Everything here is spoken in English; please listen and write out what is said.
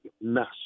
mess